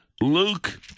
Luke